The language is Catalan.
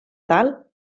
dalt